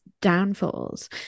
downfalls